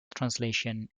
translation